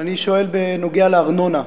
אני שואל בנושא הארנונה.